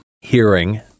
hearing